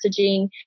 messaging